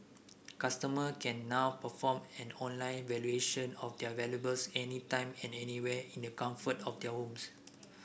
customer can now perform an online valuation of their valuables any time and anywhere in the comfort of their homes